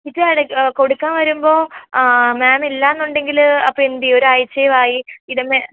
ഇത് കൊടുക്കാൻ വരുമ്പോൾ മേം ഇല്ല എന്നുണ്ടെങ്കിൽ അപ്പോൾ എന്ത് ചെയ്യും ഒരാഴ്ചയും ആയി ഇത് മേം